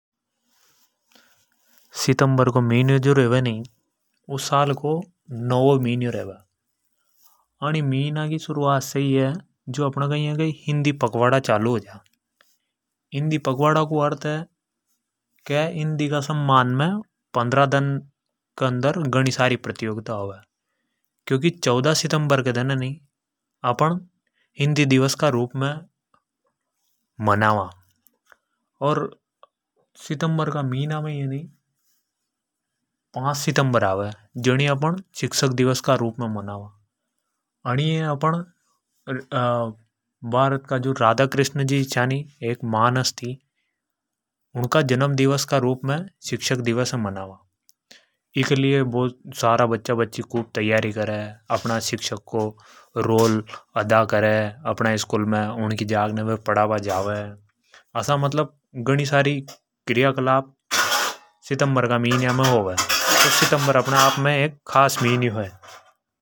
सितमबर को जो मिन्यो रेवे नि वु साल को नोवो मिन्यो रेवे। ई मिन्या की शुरुआत से ही हिन्दी पकवाडो शुरू हो जा। मतलब के हिन्दी के सम्मान मे पंद्रह दन मे घणी सारी प्रतियोगिता होवे। क्योंकि चवदा सितमबर का दन है अपण हिन्दी दिवस का रूप मे मनावा। अर पांच सितमबर है अपण शिक्षक दिवस का रूप मे मनावा। अणी अपण राधाकृष्ण जी चा नी उनका जन्म दिवस का रूप मे अपण शिक्षक दिवस मनावा। इके लिये सब तैयारी करे अपना शिक्षक की जाग ने पडाबा जावे। असा मतलब घ णी सारी क्रिया कलाप सितमबर का मिन्या मे होवे तो सितमबर को मिन्यो अपने आप मे खास है।